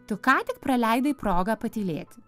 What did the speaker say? tu ką tik praleidai progą patylėti